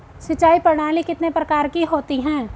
सिंचाई प्रणाली कितने प्रकार की होती हैं?